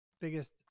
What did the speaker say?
biggest